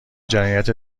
جنایت